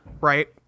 Right